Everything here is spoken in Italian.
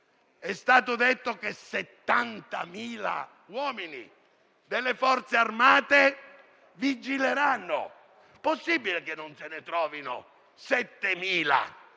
È stato detto che 70.000 uomini delle Forze armate vigileranno. Possibile che non se ne trovino 7.000 per